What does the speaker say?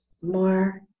more